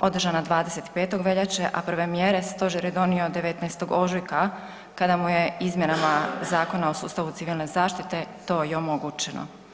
održana 25. veljače, a prve mjere stožer je donio 19. ožujka kada mu je izmjenama Zakona o sustavu civilne zaštite to i omogućeno.